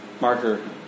marker